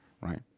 right